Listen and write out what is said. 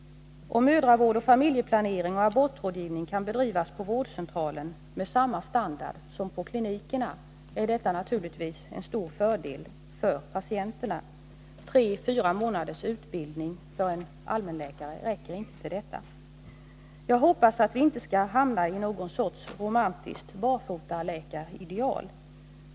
Om mödravård, familjeplanering och abortrådgivning kan bedrivas på vårdcentralen med samma standard som på klinikerna, är detta naturligtvis en stor fördel för patienterna. 3-4 månaders utbildning för en allmänläkare räcker inte för detta. Jag hoppas att vi inte skall hänge oss åt något slags romantiskt barfotaläkarideal.